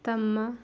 ತಮ್ಮ